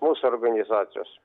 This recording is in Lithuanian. mūsų organizacijos